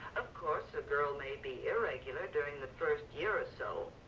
of course a girl may be irregular during the first year or so,